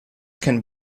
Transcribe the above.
can